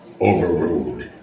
Overruled